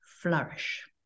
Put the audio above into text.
flourish